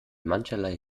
mancherlei